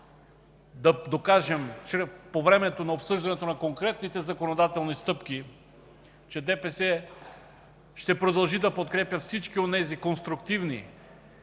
да докажем по време на обсъждането на конкретните законодателни стъпки, че ДПС ще продължи да подкрепя всички онези конструктивни,